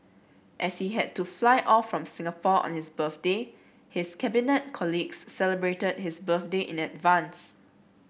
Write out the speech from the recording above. as he had to fly off from Singapore on his birthday his Cabinet colleagues celebrated his birthday in advance